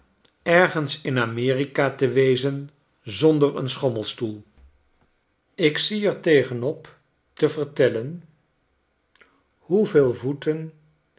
zijn ergensin amerika te wezen zonder een schommelstoel ik zie er tegen op te vertellen hoeveel voeschetsen